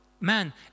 man